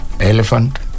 elephant